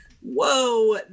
whoa